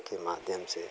के माध्यम से